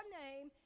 name